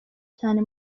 cyane